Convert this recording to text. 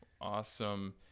Awesome